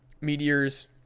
meteors